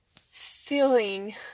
feeling